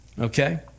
Okay